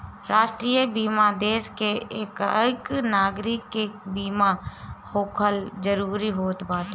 राष्ट्रीय बीमा देस के एकहक नागरीक के बीमा होखल जरूरी होत बाटे